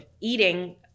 eating